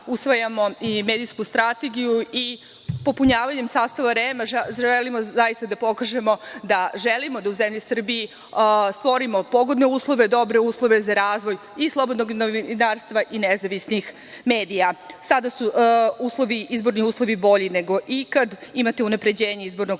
usvajamo i medijsku strategiju i popunjavanjem sastava REM-a želimo zaista da pokažemo da želimo da u zemlji Srbiji stvorim pogodne uslove, dobre uslove za razvoj i slobodnog novinarstva i nezavisnih medija. Sada su izborni uslovi bolji nego ikad. Imate unapređenje izbornog